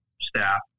staff